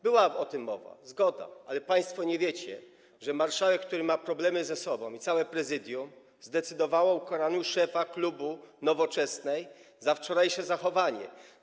Była o tym mowa, zgoda, ale państwo nie wiecie, że marszałek, który ma problemy ze sobą, i całe Prezydium zdecydowali o ukaraniu szefa klubu Nowoczesnej za wczorajsze zachowanie.